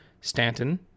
Stanton